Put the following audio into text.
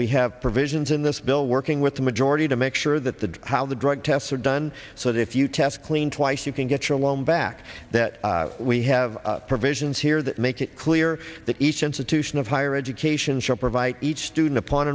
we have provisions in this bill working with the majority to make sure that the how the drug tests are done so that if you test clean twice you can get your loan back that we have provisions here that make it clear that each institution of higher education shall provide each student upon